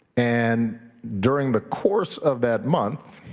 and during the course of that month,